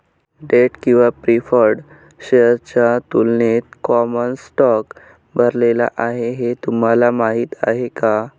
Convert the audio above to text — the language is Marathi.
डेट किंवा प्रीफर्ड शेअर्सच्या तुलनेत कॉमन स्टॉक भरलेला आहे हे तुम्हाला माहीत आहे का?